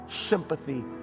sympathy